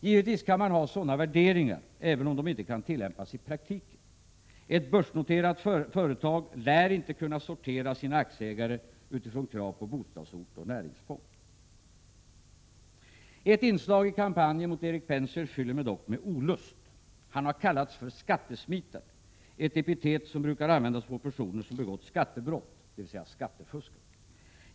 Givetvis kan man ha sådana värderingar, även om de inte kan tillämpas i praktiken. Ett börsnoterat företag lär inte kunna sortera sina aktieägare utifrån krav på bostadsort och näringsfång. Ett inslag i kampanjen mot Erik Penser fyller mig dock med olust. Han har kallats för skattesmitare, ett epitet som brukar användas på personer som begått skattebrott, dvs. skattefuskat.